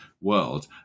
world